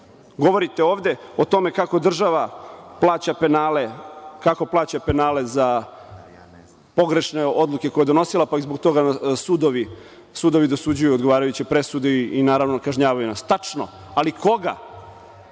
ovde o tome kako država plaća penale za pogrešne odluke koje je donosila pa i zbog toga sudovi dosuđuju odgovarajuće presude i naravno kažnjavaju nas. Tačno. Ali koga?